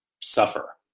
suffer